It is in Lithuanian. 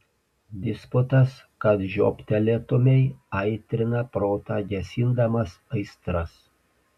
disputas kad žioptelėtumei aitrina protą gesindamas aistras